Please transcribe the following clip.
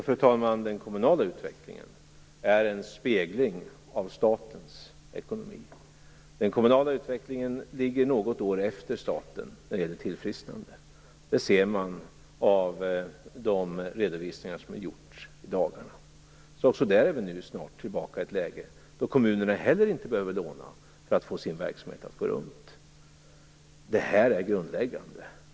Fru talman! Den kommunala utvecklingen är en spegling av statens ekonomi. Den kommunala utvecklingen ligger något år efter staten när det gäller tillfrisknande. Det ser man av de redovisningar som har gjorts i dagarna. Också där är vi nu snart tillbaka i ett läge då kommunerna inte behöver låna för att få sin verksamhet att gå runt. Det här är grundläggande.